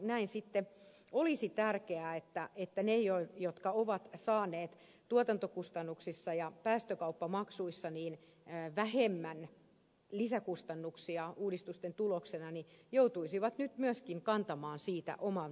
näin sitten olisi tärkeää että ne jotka ovat saaneet tuotantokustannuksissa ja päästökauppamaksuissa vähemmän lisäkustannuksia uudistusten tuloksena joutuisivat nyt myöskin kantamaan siitä oman vastuunsa yhteiskunnalle